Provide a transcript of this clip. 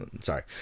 sorry